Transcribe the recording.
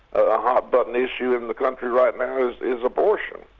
a hot button issue in the country right now is is abortion,